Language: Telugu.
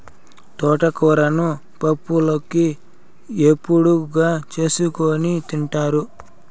తోటకూరను పప్పులోకి, ఏపుడుగా చేసుకోని తింటారు